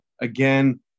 again